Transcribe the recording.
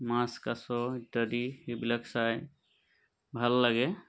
মাছ কাছ ইত্যাদি সেইবিলাক চাই ভাল লাগে